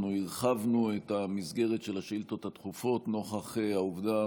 אנחנו הרחבנו את המסגרת של השאילתות הדחופות נוכח העובדה